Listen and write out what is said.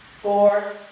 four